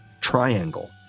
triangle